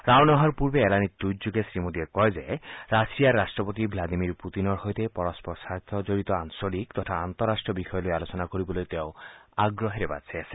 ৰাওনা হোৱাৰ পূৰ্বে এলানি টুইটযোগে শ্ৰীমোডীয়ে কয় যে ৰাছিয়াৰ ৰট্টপতি ভ্লাডিমী পুটিনৰ সৈতে পৰস্পৰ স্বাৰ্থজড়িত আঞ্চলিক তথা আন্তঃৰাষ্ট্ৰীয় বিষয়ে আলোচনা কৰিবলৈ তেওঁ আগ্ৰহেৰে বাট চাই আছে